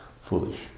Foolish